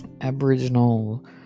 Aboriginal